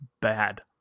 bad